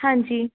ਹਾਂਜੀ